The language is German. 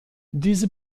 diese